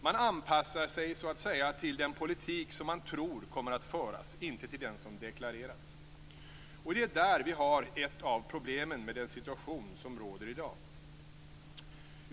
Man anpassar sig så att säga till den politik som man tror kommer att föras, inte till den som deklarerats. Och det är där vi har ett av problemen med den situation som råder i dag.